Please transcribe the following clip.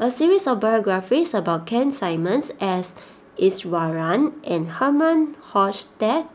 a series of biographies about Keith Simmons S Iswaran and Herman Hochstadt